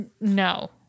No